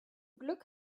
glück